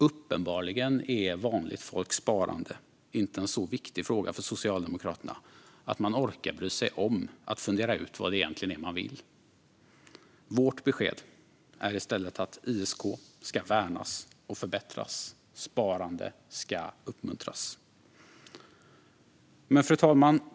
Uppenbarligen är vanligt folks sparande inte en så viktig fråga för Socialdemokraterna att man orkar bry sig om att fundera ut vad det egentligen är man vill. Vårt besked är i stället att ISK ska värnas och förbättras. Sparande ska uppmuntras. Fru talman!